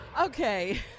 Okay